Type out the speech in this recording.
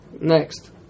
Next